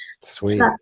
Sweet